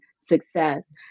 success